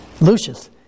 Lucius